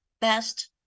best